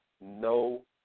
no